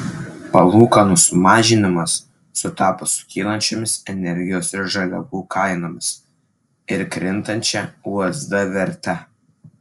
palūkanų sumažinimas sutapo su kylančiomis energijos ir žaliavų kainomis ir krintančia usd verte